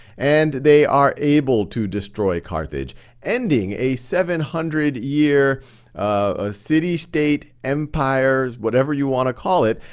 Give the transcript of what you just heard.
and they are able to destroy carthage ending a seven hundred year ah city-state, empire, whatever you wanna call it.